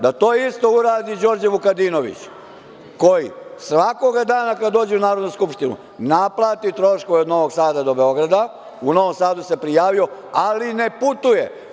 Da to isto uradi Đorđe Vukadinović, koji svakog dana kada dođe u Narodnu Skupštinu, naplati troškove od Novog Sada do Beograda, u Novom Sadu se prijavio, ali ne putuje.